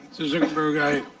zuckerberg, i